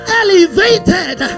elevated